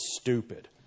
stupid